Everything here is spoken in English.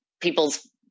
people's